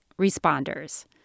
responders